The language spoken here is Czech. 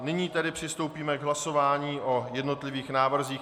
Nyní tedy přistoupíme k hlasování o jednotlivých návrzích.